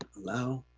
allow?